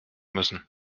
müssen